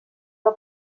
del